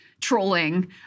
trolling